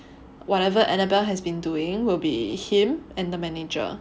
whatever Annabelle has been doing will be him and the manager